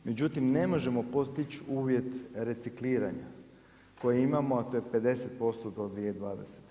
Međutim, ne možemo postići uvjet recikliranja, koje imamo a to je 50% do 2020.